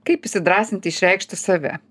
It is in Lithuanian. kaip įsidrąsinti išreikšti save